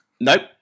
nope